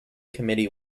committee